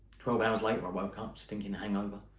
twelve hours later i woke up, stinking hangover.